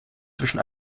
zwischen